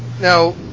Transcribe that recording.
Now